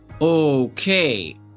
Okay